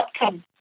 outcome